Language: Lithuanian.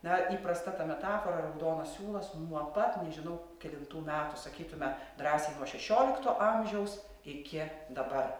na įprasta ta metafora raudonas siūlas nuo pat nežinau kelintų metų sakytume drąsiai nuo šešiolikto amžiaus iki dabar